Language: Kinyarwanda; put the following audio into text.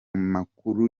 makuru